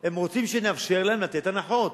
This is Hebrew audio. הם רוצים שנאפשר להם לתת הנחות.